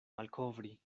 malkovri